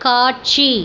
காட்சி